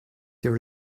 your